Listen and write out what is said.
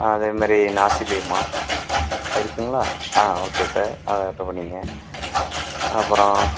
அதே மாதிரி நாசிலீமா இருக்குங்களா ஓகே சார் அது ஆர்டர் பண்ணிக்குங்க அப்புறம்